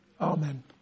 Amen